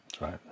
Right